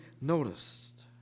noticed